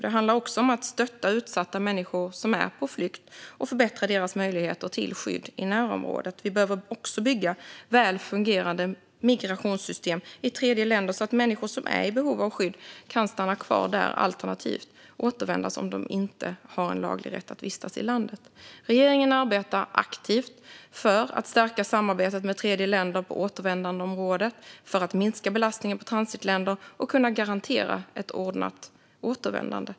Det handlar även om att stötta utsatta människor som är på flykt och förbättra deras möjligheter till skydd i närområdet. Vi behöver också bygga väl fungerande migrationssystem i tredjeländer, så att människor som är i behov av skydd kan stanna kvar där, alternativt återvända om de inte har laglig rätt att vistas i landet. Regeringen arbetar aktivt för att stärka samarbetet med tredjeländer på återvändandeområdet för att minska belastningen på transitländer och kunna garantera ett ordnat återvändande.